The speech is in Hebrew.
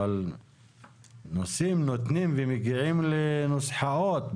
נושאים נותנים ומגיעים לנוסחאות.